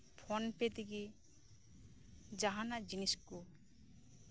phone ᱯᱮ ᱛᱮᱜᱮ ᱡᱟᱸᱦᱟᱱᱟᱜ ᱡᱤᱱᱤᱥ ᱠᱚ